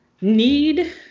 need